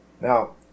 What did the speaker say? Now